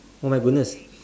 oh my goodness